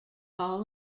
hall